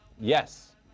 Yes